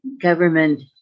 government